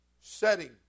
setting